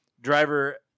Driver